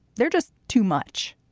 they're just too much.